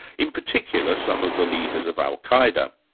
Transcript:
in particular some of the leaders of al-qaeda.